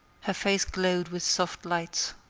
her face glowed with soft lights.